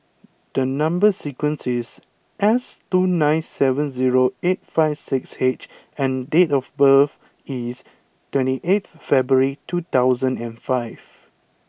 the number sequence is S two nine seven zero eight five six H and date of birth is twenty eight February two thousand and five